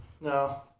No